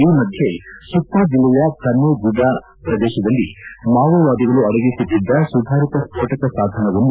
ಈ ಮಧ್ಯೆ ಸುಕ್ಮ ಜಿಲ್ಲೆಯ ಕನ್ನೈಗುಡ ಪ್ರದೇಶದಲ್ಲಿ ಮವೋವಾದಿಗಳು ಅಡಗಿಟಿಟ್ಟದ್ದ ಸುಧಾರಿತ ಸ್ಪೋಟಕ ಸಾಧವನ್ನು